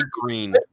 green